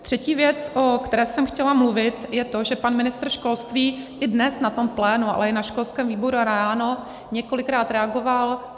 Třetí věc, o které jsem chtěla mluvit, je to, že pan ministr školství i dnes na tom plénu, ale i na školském výboru ráno několikrát reagoval.